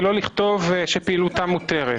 ולא לכתוב שפעילותם מותרת.